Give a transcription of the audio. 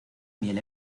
miel